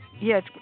yes